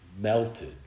melted